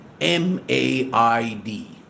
M-A-I-D